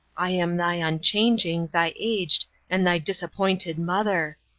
i am thy unchanging, thy aged, and thy disappointed mother.